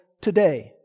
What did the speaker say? today